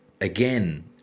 again